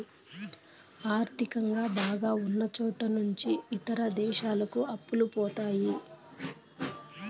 ఆర్థికంగా బాగా ఉన్నచోట నుంచి ఇతర దేశాలకు అప్పులు పోతాయి